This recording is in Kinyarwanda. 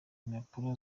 impapuro